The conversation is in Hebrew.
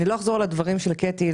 אני לא אחזור על הדברים של קטי,